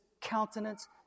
countenance